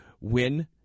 win